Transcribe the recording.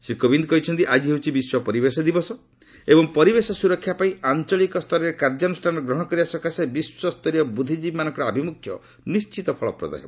ଶ୍ରୀ କୋବିନ୍ଦ କହିଛନ୍ତି ଆଜି ହେଉଛି ବିଶ୍ୱ ପରିବେଶ ଦିବସ ଏବଂ ପରିବେଶ ସୁରକ୍ଷା ପାଇଁ ଆଞ୍ଚଳିକ ସ୍ତରରେ କାର୍ଯ୍ୟାନୁଷ୍ଠାନ ଗ୍ରହଣ କରିବା ସକାଶେ ବିଶ୍ୱସ୍ତରୀୟ ବୁଦ୍ଧିକୀବୀମାନଙ୍କର ଆଭିମୁଖ୍ୟ ନିଶ୍ଚିତ ଫଳପ୍ରଦ ହେବ